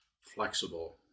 flexible